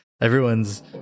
Everyone's